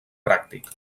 pràctic